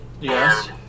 Yes